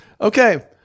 okay